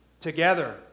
together